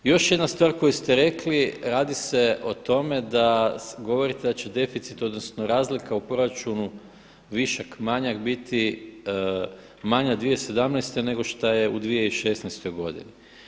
I još jedna stvar koju ste rekli, radi se o tome da govorite da će deficit odnosno razlika u proračunu višak-manjak biti manja 2017. nego što je u 2016. godini.